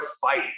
fight